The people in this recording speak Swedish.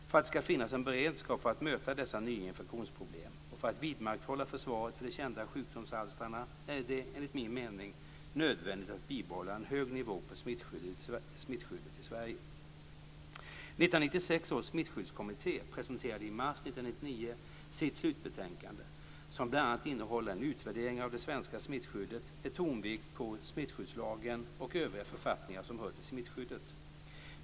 För att det ska finns en beredskap för att möta dessa nya infektionsproblem och för att vidmakthålla försvaret för de kända sjukdomsalstrarna är det, enligt min mening, nödvändigt att bibehålla en hög nivå på smittskyddet i 1996 års Smittskyddskommitté presenterade i mars 1999 sitt slutbetänkande som bl.a. innehåller en utvärdering av det svenska smittskyddet med tonvikt på smittskyddslagen och övriga författningar som hör till smittskyddet.